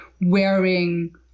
wearing